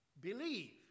believe